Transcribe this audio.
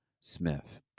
Smith